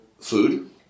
food